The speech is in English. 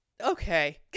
okay